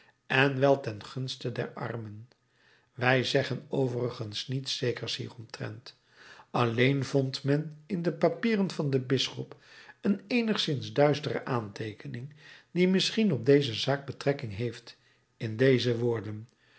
en wel ten gunste der armen wij zeggen overigens niets zekers hieromtrent alleen vond men in de papieren van den bisschop een eenigszins duistere aanteekening die misschien op deze zaak betrekking heeft in deze woorden